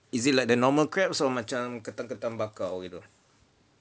is it like the normal crabs or macam ketam-ketam bakar begitu